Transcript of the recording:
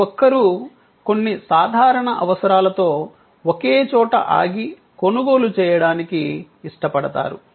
ప్రతిఒక్కరూ కొన్ని సాధారణ అవసరాలతో ఒకే చోట ఆగి కొనుగోలు చేయడానికి ఇష్టపడతారు